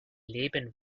leben